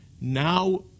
now